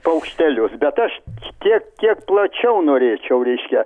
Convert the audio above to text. paukštelius bet aš tiek kiek plačiau norėčiau reiškia